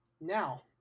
Now